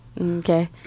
Okay